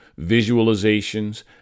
visualizations